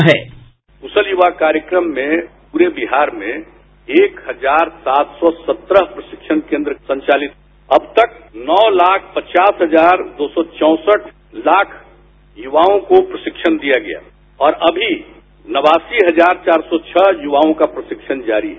sound bite क्शल युवा कार्यक्रम में पूरे बिहार में एक हजार सात सौ सत्रह प्रशिक्षण केंद्र संचालित अब तक नौ लाख पचास हजार दो सौ चोंसठ लाख युवाओं को प्रशिक्षण दिया गया और अभी नवासी हजार चार सौ छह युवाओं का प्रशिक्षण जारी है